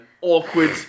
awkward